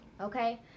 okay